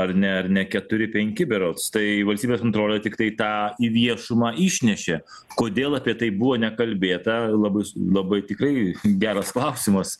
ar ne ar ne keturi penki berods tai valstybės kontrolė tiktai tą į viešumą išnešė kodėl apie tai buvo nekalbėta labai s labai tikrai geras klausimas